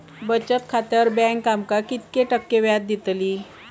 बचत खात्यार बँक आमका किती टक्के व्याजदर देतली?